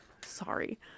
Sorry